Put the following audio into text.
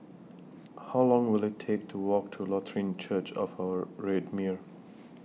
How Long Will IT Take to Walk to Lutheran Church of Our Redeemer